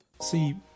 See